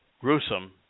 gruesome